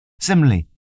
Similarly